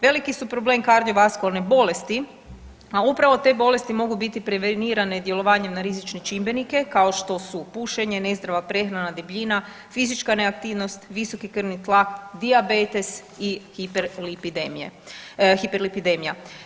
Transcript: Veliki su problem kardiovaskularne bolesti, a upravo te bolesti mogu biti prevenirane djelovanjem na rizične čimbenike kao što su pušenje, nezdrava prehrana, debljina, fizička neaktivnost, visoko krvni tlak, dijabetes i hiperlipidemije, hiperlipidemija.